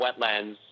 wetlands